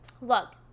Look